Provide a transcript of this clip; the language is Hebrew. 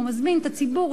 הוא מזמין את הציבור,